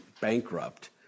bankrupt